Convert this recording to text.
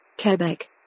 Quebec